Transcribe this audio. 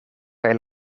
kaj